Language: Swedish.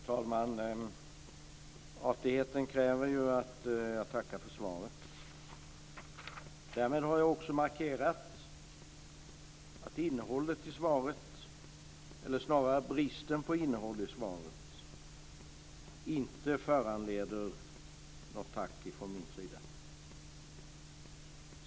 Fru talman! Artigheten kräver ju att jag tackar för svaret. Däremot vill jag markera att bristen på innehåll i svaret inte föranleder något tack från mig.